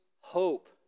hope